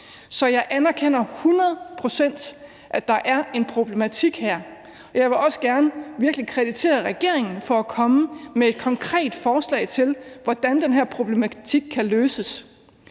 Så jeg anerkender hundrede procent, at der er en problematik her. Jeg vil også gerne kreditere regeringen for at komme med et konkret forslag til, hvordan den her problematik kan løses.